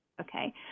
okay